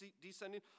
descending